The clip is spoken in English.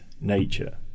nature